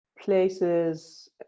places